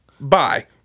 bye